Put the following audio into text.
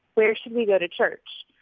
where should we go to church?